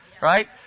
Right